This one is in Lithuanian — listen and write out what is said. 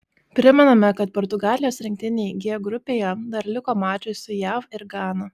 primename kad portugalijos rinktinei g grupėje dar liko mačai su jav ir gana